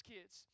Kids